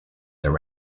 their